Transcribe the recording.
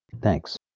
Thanks